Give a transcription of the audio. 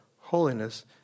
holiness